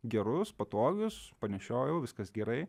gerus patogius panešiojau viskas gerai